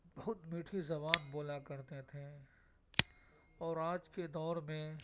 بہت میٹھی زبان بولا کرتے تھے اور آج کے دور میں